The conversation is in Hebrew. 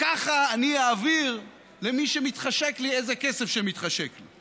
וככה אני אעביר למי שמתחשק לי איזה כסף שמתחשק לי.